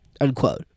unquote